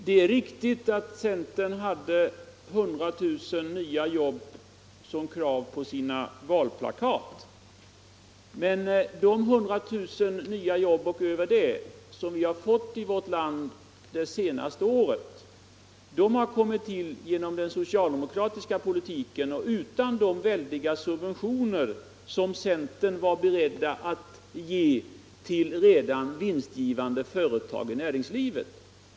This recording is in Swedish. Herr talman! Det är riktigt att centern hade 100 000 nya jobb på sina valplakat. Men de 100 000 nya jobb och mer än det som vi fått i vårt land det senaste året har kommit till genom den socialdemokratiska politiken och utan de väldiga subventioner som centern var beredd att ge till redan vinstgivande företag.